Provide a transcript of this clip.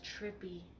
trippy